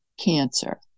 cancer